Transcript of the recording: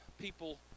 people